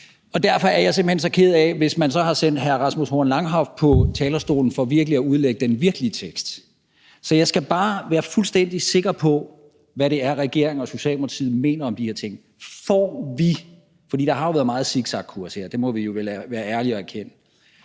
Derfor er jeg simpelt hen så ked af, hvis man så har sendt hr. Rasmus Horn Langhoff på talerstolen for at udlægge den virkelige tekst. Så jeg skal bare være fuldstændig sikker på, hvad det er, regeringen og Socialdemokratiet mener om de her ting: Vil regeringen – for der har jo været meget zigzagkurs, det må vi vel være ærlige og erkende